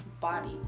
body